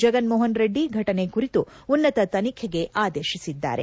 ಜಗನ್ ಮೋಹನ್ ರೆಡ್ಡಿ ಫಟನೆ ಕುರಿತು ಉನ್ನತ ತನಿಖೆಗೆ ಆದೇಶಿಸಿದ್ದಾರೆ